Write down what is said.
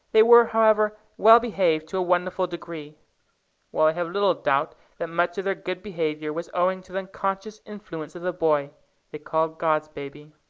they were, however, well-behaved to a wonderful degree while i have little doubt that much of their good behaviour was owing to the unconscious influence of the boy they called god's baby.